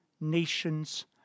nations